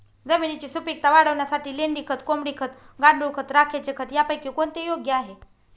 जमिनीची सुपिकता वाढवण्यासाठी लेंडी खत, कोंबडी खत, गांडूळ खत, राखेचे खत यापैकी कोणते योग्य आहे?